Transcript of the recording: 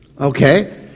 Okay